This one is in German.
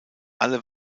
alle